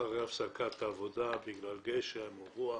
אחרי הפסקת עבודה בגלל גשם או רוח,